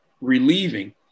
relieving